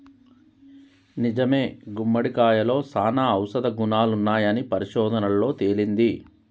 నిజమే గుమ్మడికాయలో సానా ఔషధ గుణాలున్నాయని పరిశోధనలలో తేలింది